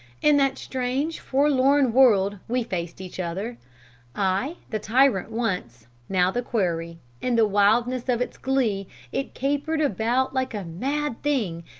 in that strange forlorn world we faced each other i, the tyrant once, now the quarry. in the wildness of its glee it capered about like a mad thing,